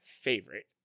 favorite